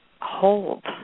hold